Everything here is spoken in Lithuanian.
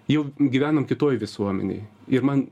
jau gyvenam kitoj visuomenėj ir man